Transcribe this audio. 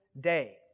day